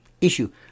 issue